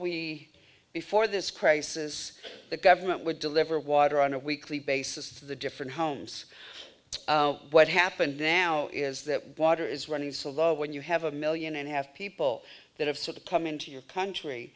we before this crisis the government would deliver water on a weekly basis to the different homes what happened now is that water is running so low when you have a million and have people that have sort of come into your country